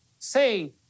say